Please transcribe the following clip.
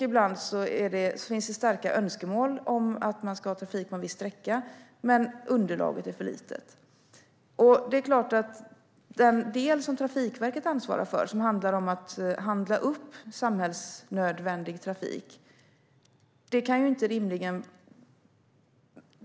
Ibland finns det starka önskemål om trafik på en viss sträcka, men underlaget är för litet. Trafikverket ansvarar för att handla upp samhällsnödvändig trafik.